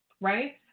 right